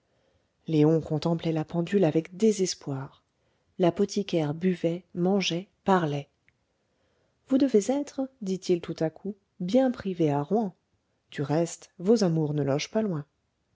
léon contemplait la pendule avec désespoir l'apothicaire buvait mangeait parlait vous devez être dit-il tout à coup bien privé à rouen du reste vos amours ne logent pas loin